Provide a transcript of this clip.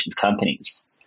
companies